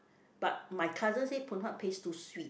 but my cousin say Phoon Huat paste too sweet